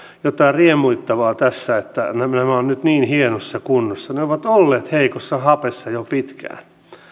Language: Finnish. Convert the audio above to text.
jotain riemuittavaa tässä että nämä ovat nyt niin hienossa kunnossa ne ovat olleet heikossa hapessa jo pitkään